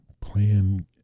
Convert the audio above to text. playing